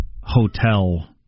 hotel